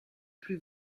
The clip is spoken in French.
plus